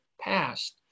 passed